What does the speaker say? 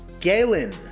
Galen